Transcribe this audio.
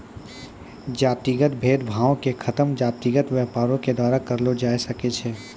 जातिगत भेद भावो के खतम जातिगत व्यापारे के द्वारा करलो जाय सकै छै